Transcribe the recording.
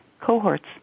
cohorts